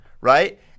right